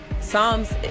psalms